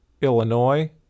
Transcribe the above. Illinois